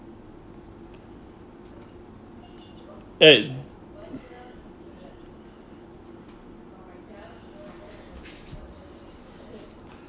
and